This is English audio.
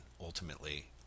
ultimately